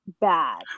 bad